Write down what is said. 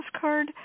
card